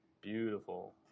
Beautiful